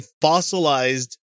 fossilized